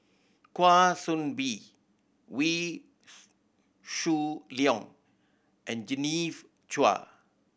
Kwa Soon Bee Wee Shoo Leong and Genevieve Chua